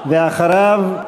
אחריו,